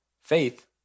Faith